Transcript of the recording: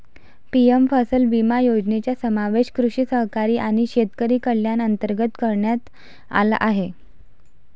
PM फसल विमा योजनेचा समावेश कृषी सहकारी आणि शेतकरी कल्याण अंतर्गत करण्यात आला आहे